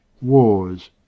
wars